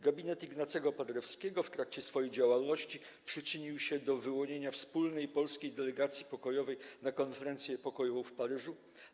Gabinet Ignacego Paderewskiego w trakcie swojej działalności przyczynił się do wyłonienia wspólnej polskiej delegacji pokojowej na konferencję pokojową w Paryżu.